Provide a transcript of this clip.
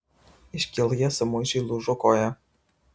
iškyloje samuičiui lūžo koja